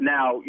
Now